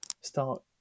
start